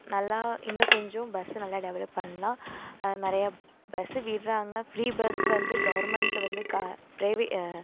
நல்லா இன்னும் கொஞ்சம் பஸ்ஸை நல்லா டெவெலப் பண்ணலாம் நிறையா பஸ்ஸு விடுறாங்க ஃப்ரீ பஸ்ஸு வந்து கவர்மெண்ட் வந்து ப்ரைவேட்